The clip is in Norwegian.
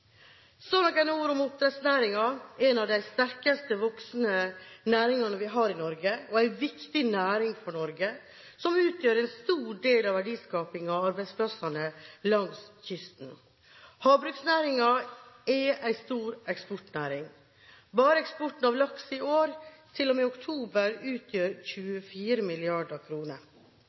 ord om oppdrettsnæringen, en av de sterkest voksende næringene vi har i Norge, og en viktig næring for Norge, som utgjør en stor del av verdiskapingen og arbeidsplassene langs kysten. Havbruksnæringen er en stor eksportnæring. Bare eksporten av laks i år, til og med oktober måned, utgjør 24